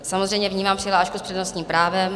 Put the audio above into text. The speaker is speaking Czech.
Samozřejmě vnímám přihlášku s přednostním právem.